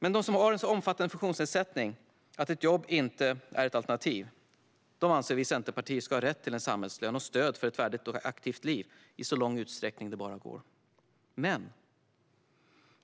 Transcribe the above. anser att den som har en sådan omfattande funktionsnedsättning att ett jobb inte är ett alternativ ska ha rätt till samhällslön och stöd för ett värdigt och aktivt liv i så stor utsträckning det går.